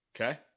Okay